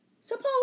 Suppose